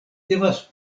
devas